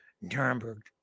Nuremberg